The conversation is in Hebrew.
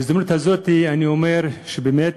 בהזדמנות הזאת אני אומר שבאמת,